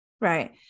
Right